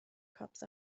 cops